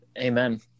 Amen